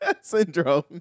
Syndrome